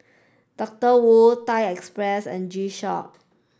Doctor Wu Thai Express and G Shock